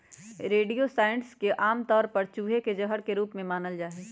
rodenticides के आमतौर पर चूहे के जहर के रूप में जानल जा हई